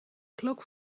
clock